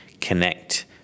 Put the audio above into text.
connect